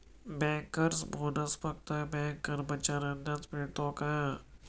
Bankers bonus फक्त bank कर्मचाऱ्यांनाच मिळतो का?